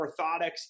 orthotics